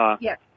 yes